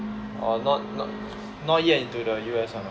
or not not not yet into the U_S one ah